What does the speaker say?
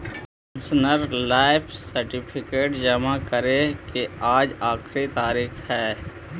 pensioner life certificate जमा करे के आज आखिरी तारीख हइ